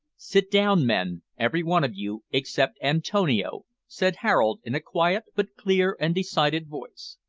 sit down, men, every one of you except antonio, said harold, in a quiet, but clear and decided voice.